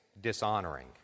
dishonoring